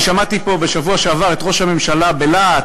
אני שמעתי פה בשבוע שעבר את ראש הממשלה קורא בלהט